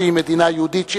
שהיא מדינה יהודית,